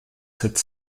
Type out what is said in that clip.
sept